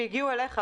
שהגיעו אליך,